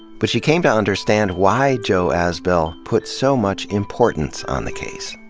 but she came to understand why joe azbell put so much importance on the case.